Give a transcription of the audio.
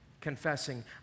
Confessing